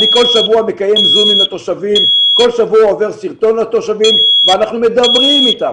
כל שבוע אני מקיים זום עם התושבים ואנחנו מדברים אתם